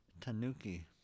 Tanuki